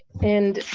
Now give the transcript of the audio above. and